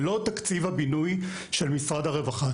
זה לא תקציב הבינוי של משרד הרווחה.